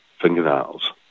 fingernails